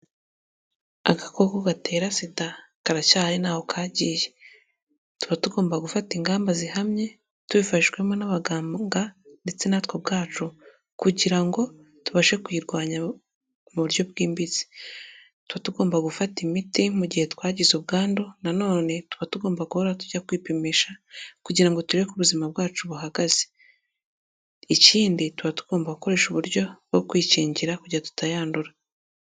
Agakoko gatera SIDA karacyahari ntaho kagiye, tuba tugomba gufata ingamba zihamye, tubifashijwemo n'abaganga ndetse natwe ubwacu kugira ngo tubashe kuyirwanya mu buryo bwimbitse, tuba tugomba gufata imiti mu gihe twagize ubwandu nanone tuba tugomba guhora tujya kwipimisha kugira tubereke ubuzima bwacu buhagaze, ikindi tuba tugomba gukoresha uburyo bwo kwikingira kugira ngo tutayandura.